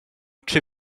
czy